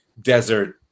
desert